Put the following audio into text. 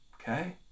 Okay